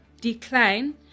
decline